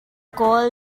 kawl